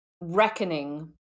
reckoning